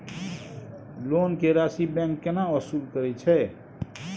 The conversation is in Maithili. लोन के राशि बैंक केना वसूल करे छै?